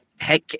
heck